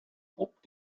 hoped